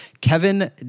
Kevin